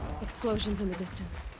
explosions in the distance!